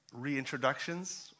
reintroductions